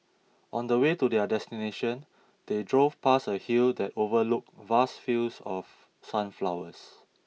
on the way to their destination they drove past a hill that overlooked vast fields of sunflowers